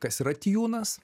kas yra tijūnas